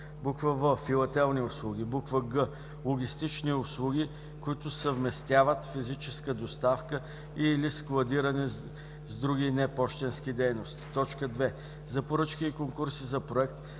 т. 8; в) филателни услуги; г) логистични услуги, които съвместяват физическа доставка и/или складиране с други непощенски дейности; 2. за поръчки и конкурси за проект,